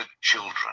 children